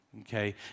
Okay